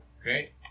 Okay